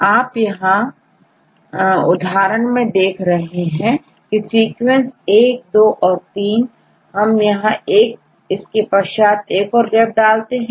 आप यहां आप उदाहरण में देख रहे हैं सीक्वेंस एक दो और 3 हम यहां एक इसके पश्चात एक और गैप डालते हैं